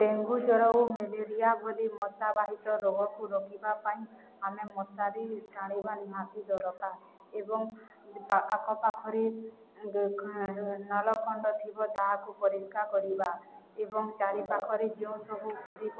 dengue ଜ୍ୱର ଓ malaria ବୋଲି ମଶାବାହିତ ରୋଗକୁ ରୋକିବା ପାଇଁ ଆମେ ମଶାରୀ ଟାଣିବା ନିହାତି ଦରକାର ଏବଂ ଆଖପାଖରେ ନଳଖଣ୍ଡ ଥିବ ତାହାକୁ ପରିଷ୍କାର କରିବା ଏବଂ ଚାରିପାଖରେ ଯେଉଁ ସବୁ ଗୁଡ଼ିକ